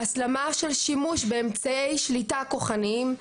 הסלמה של שימוש באמצעי שליטה כוחניים,